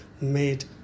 made